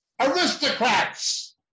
aristocrats